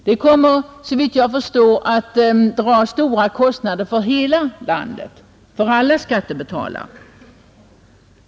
Det kommer, såvitt jag förstår, att dra stora kostnader för alla skattebetalare i hela landet.